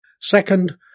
Second